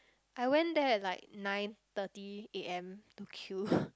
I went there at like nine thirty A_M to queue